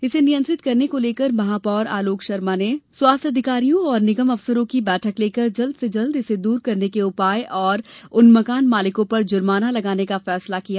इसे नियंत्रित करने को लेकर महापौर अलोक शर्मा ने स्वास्थ्य अधिकारियों और निगम अफसरों की बैठक लेकर जल्दी से इसे दूर करने के उपाय और उन मकान मालिकों पर जुर्माना लगाने का फैसला लिया